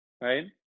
right